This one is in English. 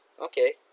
Okay